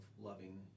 loving